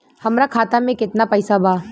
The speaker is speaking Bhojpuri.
हमरा खाता मे केतना पैसा बा?